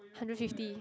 hundred fifty